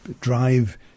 drive